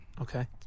Okay